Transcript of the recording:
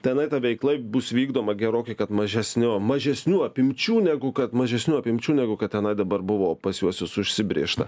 tenai ta veikla bus vykdoma gerokai kad mažesniu mažesnių apimčių negu kad mažesnių apimčių negu kad tenai dabar buvo pas juosiuos užsibrėžta